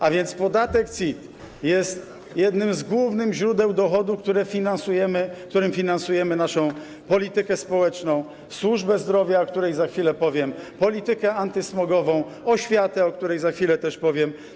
A więc podatek CIT jest jednym z głównych źródeł dochodu, którym finansujemy naszą politykę społeczną, służbę zdrowia, o której za chwilę powiem, politykę antysmogową, oświatę, o której też za chwilę powiem.